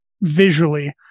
visually